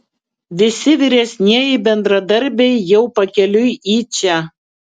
visi vyresnieji bendradarbiai jau pakeliui į čia